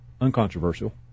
Uncontroversial